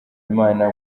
imana